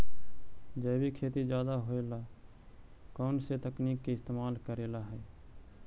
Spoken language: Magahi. जैविक खेती ज्यादा होये ला कौन से तकनीक के इस्तेमाल करेला हई?